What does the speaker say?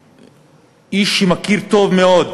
איש שמכיר טוב מאוד